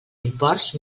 imports